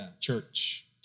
church